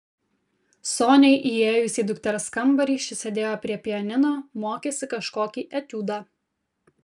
soniai įėjus į dukters kambarį ši sėdėjo prie pianino mokėsi kažkokį etiudą